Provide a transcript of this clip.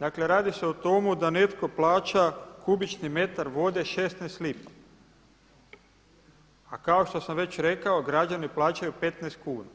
dakle radi se o tomu da netko plaća kubični metar vode 16 lipa, a kao što sam već rekao građani plaćaju 15 kuna.